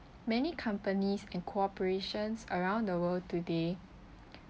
many companies and corporations around the world today